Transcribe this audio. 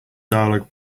dialog